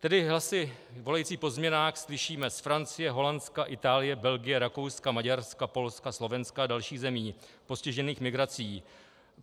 Tedy hlasy volající po změnách slyšíme z Francie, Holandska, Itálie, Belgie, Rakouska, Maďarska, Polska, Slovenska a dalších zemí postižených migrací,